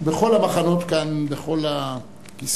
בכל המחנות כאן, בכל הכיסאות